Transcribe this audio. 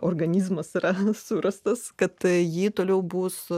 organizmas yra surastas kad jį toliau bus